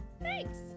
thanks